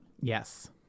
Yes